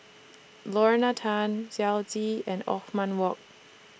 Lorna Tan Xiao Zi and Othman Wok